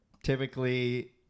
Typically